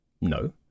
No